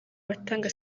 batanga